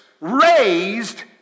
raised